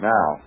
Now